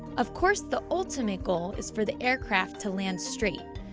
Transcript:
of course the ultimate goal is for the aircraft to land straight,